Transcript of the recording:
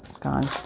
gone